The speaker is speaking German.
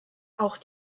auch